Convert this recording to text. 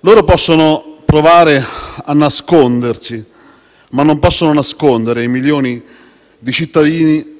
Loro possono provare a nascondersi, ma non possono nascondere i milioni di cittadini